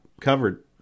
covered